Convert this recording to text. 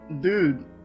Dude